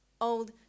Old